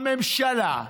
הממשלה,